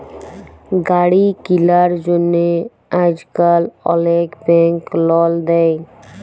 গাড়ি কিলার জ্যনহে আইজকাল অলেক ব্যাংক লল দেই